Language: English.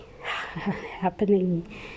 happening